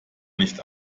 nicht